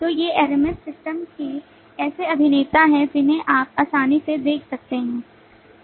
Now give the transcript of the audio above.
तो ये LMS system के ऐसे अभिनेता हैं जिन्हें आप आसानी से देख सकते हैं